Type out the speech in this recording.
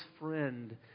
friend